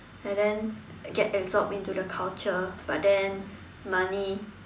and then get absorbed into the culture but then money